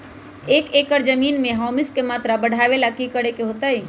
एक एकड़ जमीन में ह्यूमस के मात्रा बढ़ावे ला की करे के होतई?